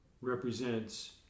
represents